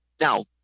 now